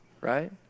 right